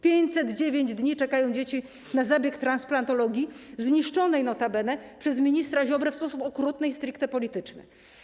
509 dni czekają dzieci na zabieg transplantologii, zniszczonej notabene przez ministra Ziobrę w sposób okrutny i stricte polityczny.